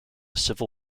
civil